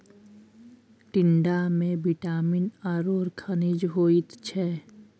टिंडामे विटामिन आओर खनिज होइत छै